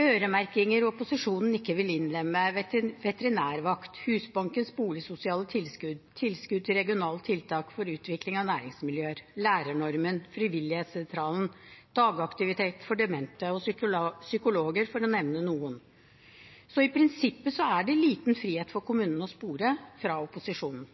Øremerkinger opposisjonen ikke vil innlemme, er veterinærvakt, Husbankens boligsosiale tilskudd, tilskudd til regionale tiltak for utvikling av næringsmiljøer, lærernormen, frivillighetssentralene, dagaktivitet for demente, psykologer, for å nevne noen – i prinsippet liten frihet for kommunene å spore fra opposisjonen.